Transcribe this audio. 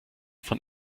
von